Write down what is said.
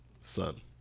son